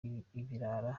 ibirara